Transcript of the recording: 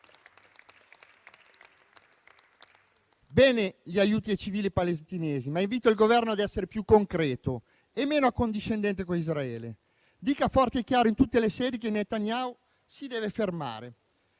bene gli aiuti ai civili palestinesi, ma invito il Governo ad essere più concreto e meno accondiscendente con Israele. Dica forte e chiaro in tutte le sedi che Netanyahu si deve fermare.